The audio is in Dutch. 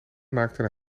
maakten